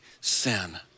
sin